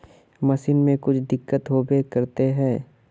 Machine में कुछ दिक्कत होबे करते है?